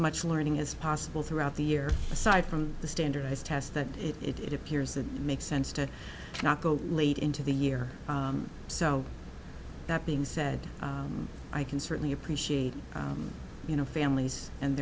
much learning as possible throughout the year aside from the standardized tests that it appears that makes sense to not go late into the year so that being said i can certainly appreciate you know families and